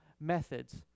methods